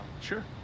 sure